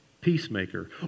peacemaker